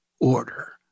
order